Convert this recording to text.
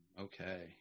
Okay